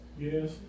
Yes